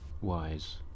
Wise